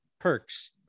Perks